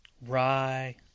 Rye